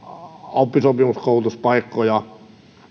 oppisopimuskoulutuspaikkoja